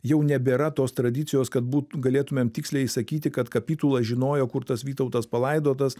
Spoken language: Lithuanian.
jau nebėra tos tradicijos kad būt galėtumėm tiksliai sakyti kad kapitula žinojo kur tas vytautas palaidotas